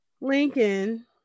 Lincoln